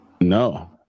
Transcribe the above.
No